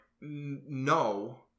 no